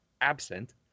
absent